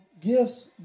gifts